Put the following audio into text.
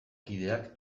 kideak